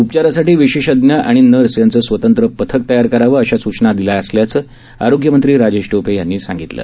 उपचारासाठी विशेषज्ञ आणि नर्स यांचं स्वतंत्र पथक करावं अशा सूचना दिल्या असल्याचं आरोग्यमंत्री राजेश टोपे यांनी सांगितलं